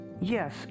Yes